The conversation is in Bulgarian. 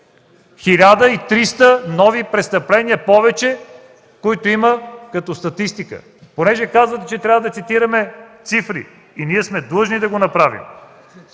нови престъпления повече има като статистика. Понеже казвате, че трябва да цитираме цифри – длъжни сме да го направим.